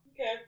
Okay